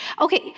Okay